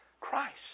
Christ